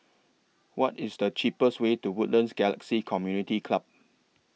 What IS The cheapest Way to Woodlands Galaxy Community Club